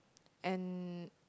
and